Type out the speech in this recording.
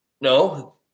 No